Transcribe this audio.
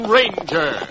Ranger